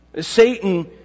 Satan